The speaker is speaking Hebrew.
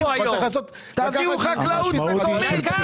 תביאו חקלאות מקומית.